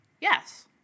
Yes